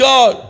God